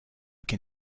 can